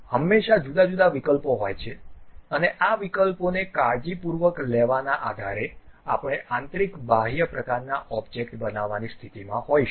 તેથી હંમેશાં જુદા જુદા વિકલ્પો હોય છે અને આ વિકલ્પોને કાળજીપૂર્વક લેવાના આધારે આપણે આંતરિક બાહ્ય પ્રકારના ઓબ્જેક્ટ બનાવવાની સ્થિતિમાં હોઈશું